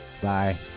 Bye